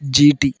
GT